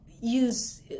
use